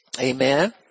Amen